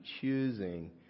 choosing